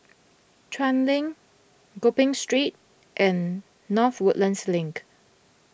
Chuan Link Gopeng Street and North Woodlands Link